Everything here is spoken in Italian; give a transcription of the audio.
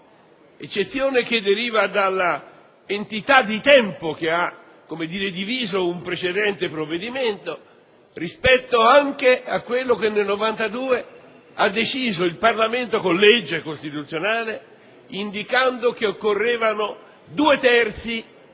eccezione, che deriva dall'entità di tempo che ha diviso un precedente provvedimento rispetto anche a quello che nel 1992 ha deciso il Parlamento, con legge costituzionale, indicando che occorrevano due terzi